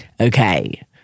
Okay